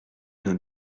nos